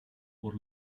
por